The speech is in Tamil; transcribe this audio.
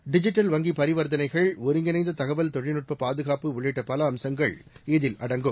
டிஜிட்டல் வங்கி பரிவர்த்தனைகள் ஒருங்கிணைந்த தகவல் தொழில்நுட்ப பாதுகாப்பு உள்ளிட்ட பல அம்சங்கள் இதில் அடங்கும்